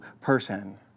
person